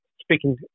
speaking